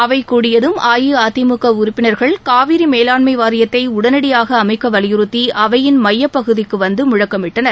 அவை கூடியதும் அஇஅதிமுக உறுப்பினர்கள் காவிரி மேலாண்மை வாரியத்தை உடனடியாக அமைக்க வலியுறுத்தி அவையின் மையப்பகுதிக்கு வந்து முழக்கமிட்டனர்